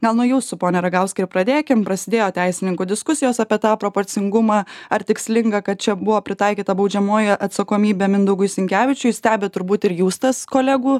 gal nuo jūsų pone ragauskai ir pradėkim prasidėjo teisininkų diskusijos apie tą proporcingumą ar tikslinga kad čia buvo pritaikyta baudžiamoji atsakomybė mindaugui sinkevičiui stebit turbūt ir jūs tas kolegų